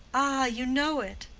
you know it.